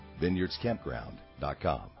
VineyardsCampground.com